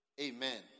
Amen